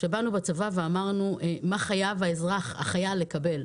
שבאנו בצבא ואמרנו מה חייב החייל לקבל,